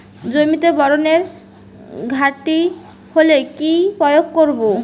জমিতে বোরনের ঘাটতি হলে কি প্রয়োগ করব?